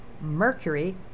Mercury